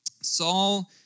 Saul